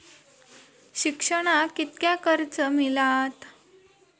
शिक्षणाक कीतक्या कर्ज मिलात?